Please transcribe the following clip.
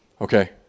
okay